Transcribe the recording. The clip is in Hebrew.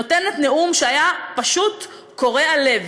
נותנת נאום שהיה פשוט קורע לב.